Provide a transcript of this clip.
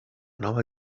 nova